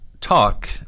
talk